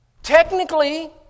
Technically